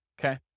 okay